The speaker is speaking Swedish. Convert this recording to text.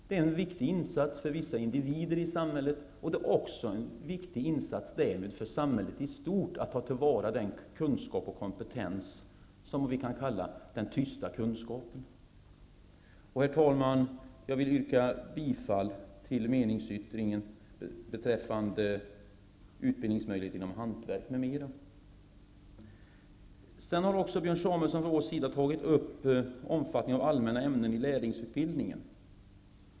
Det är en viktig insats för vissa individer i samhället och också för samhället i stort, att ta till vara den kunskap och kompetens som vi kan kalla den tysta kunskapen. Herr talman! Jag vill yrka bifall till meningsyttringen beträffande utbildningsmöjligheter inom hantverk m.m. Björn Samuelson har också tagit upp omfattningen av allmänna ämnen i lärlingsutbildningen.